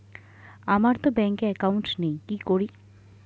আমারতো ব্যাংকে একাউন্ট নেই কি করি?